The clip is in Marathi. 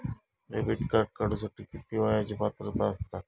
डेबिट कार्ड काढूसाठी किती वयाची पात्रता असतात?